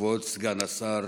כבוד סגן השר.